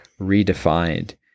redefined